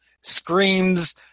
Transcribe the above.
screams